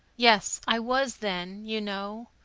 yes, i was then. you know.